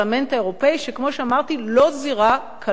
שכמו שאמרתי הוא לא זירה קלה לישראל.